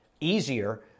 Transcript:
easier